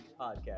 podcast